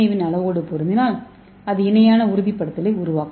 ஏவின் அளவோடு பொருந்தினால் அது இணையான உறுதிப்படுத்தலை உருவாக்கும்